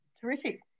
Terrific